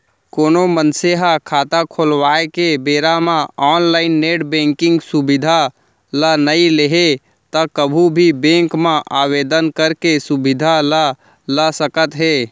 कोनो मनसे ह खाता खोलवाए के बेरा म ऑनलाइन नेट बेंकिंग सुबिधा ल नइ लेहे त कभू भी बेंक म आवेदन करके सुबिधा ल ल सकत हे